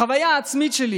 החוויה העצמית שלי